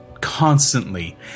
constantly